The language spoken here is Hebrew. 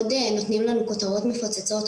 מאוד נותנים לנו כותרות מפוצצות,